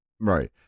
Right